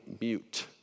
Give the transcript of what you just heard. mute